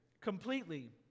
completely